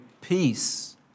peace